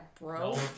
bro